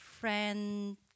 friend